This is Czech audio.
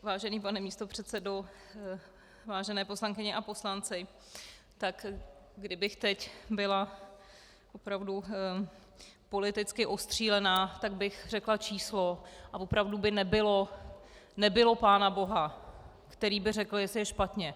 Vážený pane místopředsedo, vážené poslankyně a poslanci, kdybych teď byla opravdu politicky ostřílená, tak bych řekla číslo a opravdu by nebylo pánaboha, který by řekl, jestli je špatně.